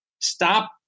stop